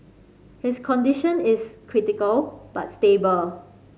his condition is critical but stable